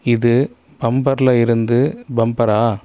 இது பம்பரில் இருந்து பம்பரா